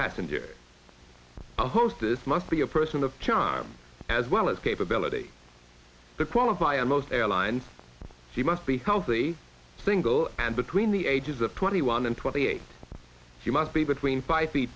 passenger the hostess must be a person of charm as well as capability to qualify and most airlines she must be healthy single and between the ages of twenty one and twenty eight if you must be between five feet